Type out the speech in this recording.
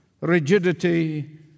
rigidity